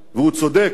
והוא צודק,